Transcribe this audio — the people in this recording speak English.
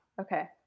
Okay